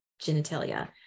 genitalia